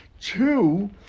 Two